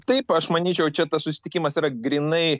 taip aš manyčiau čia tas susitikimas yra grynai